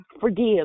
forgive